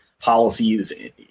policies